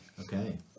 Okay